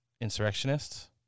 insurrectionists